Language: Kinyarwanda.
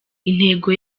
intego